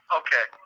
okay